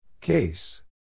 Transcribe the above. Case